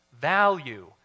value